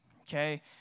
Okay